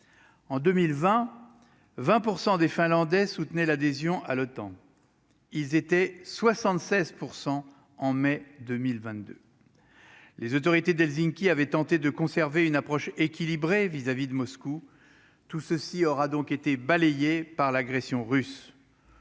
en 2020 20 % des Finlandais soutenait l'adhésion à l'OTAN, ils étaient 76 % en mai 2022, les autorités d'Helsinki avait tenté de conserver une approche équilibrée vis-à-vis de Moscou, tout ceci aura donc été balayée par l'agression russe